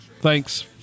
thanks